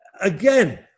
again